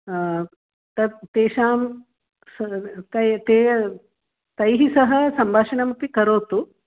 तत् तेषां तैः तैः सह सम्भाषणमपि करोतु